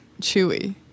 chewy